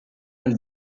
nel